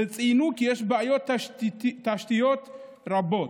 וציינו כי יש בעיות תשתיות רבות.